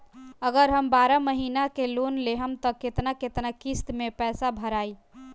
अगर हम बारह महिना के लोन लेहेम त केतना केतना किस्त मे पैसा भराई?